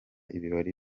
ibirori